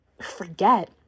forget